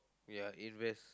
ya invest